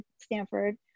stanford